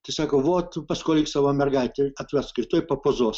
tai sako vot paskolink savo mergaitę atvesk rytoj papozuos